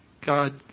God